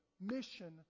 mission